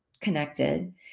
connected